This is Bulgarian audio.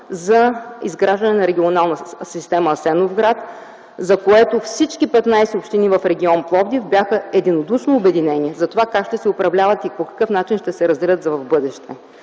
за изграждане на Регионална система – Асеновград, и всички 15 общини в регион Пловдив бяха единодушно обединени за това как ще се управляват и по какъв начин ще се разделят в бъдеще.